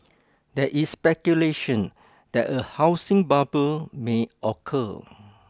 there is speculation that a housing bubble may occur